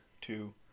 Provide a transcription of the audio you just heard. two